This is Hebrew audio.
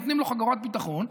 נותנים לו חגורת ביטחון,